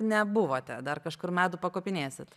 nebuvote dar kažkur medų pakopinėsit